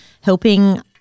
helping